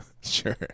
sure